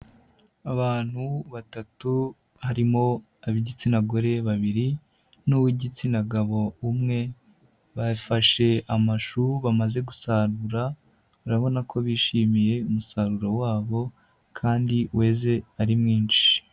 Abantu batatu harimo ab'igitsina gore babiri n'uw'igitsina gabo umwe, bafashe amashu bamaze gusarura, urabona ko bishimiye umusaruro wabo kandi weze ari mwinshi.